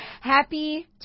happy